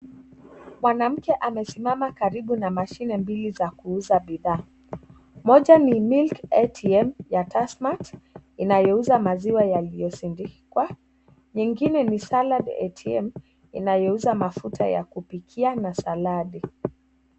Mwanamke amesimama karibu na mashini mbili za kuuza bidhaa. Moja ni milk atm ya Tasmart inayouza maziwa yaliyosindikwa. Ingine ni Salad atm inayouza mafuta ya kupikia na saladi.